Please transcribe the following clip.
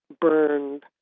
burned